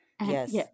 Yes